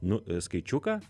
nu skaičiuką